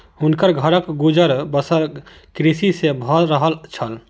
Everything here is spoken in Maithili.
हुनकर घरक गुजर बसर कृषि सॅ भअ रहल छल